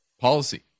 policy